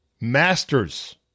Masters